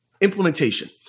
implementation